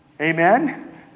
Amen